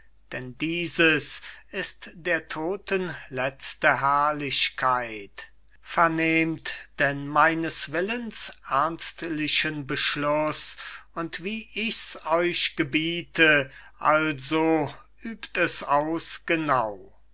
denn dieses ist der todten letzte herrlichkeit vernehmt denn meines willens ernstlichen beschluß und wie ich's euch gebiete also übt es aus genau euch